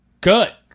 good